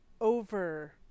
Over